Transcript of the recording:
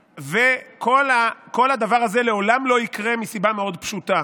כל הדבר הזה לעולם לא יקרה מסיבה מאוד פשוטה,